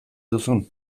duzun